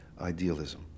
idealism